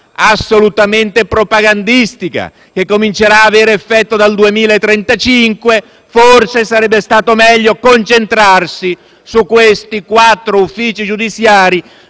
assolutamente propagandistica che comincerà ad avere effetto dal 2035, forse sarebbe allora stato meglio concentrarsi su questi quattro uffici giudiziari,